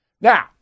Now